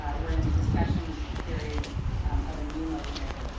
we're in the discussion period of a new motion,